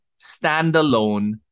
standalone